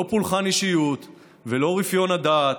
לא פולחן אישיות ולא רפיון הדעת,